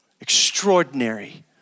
extraordinary